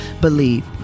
believe